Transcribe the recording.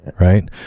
Right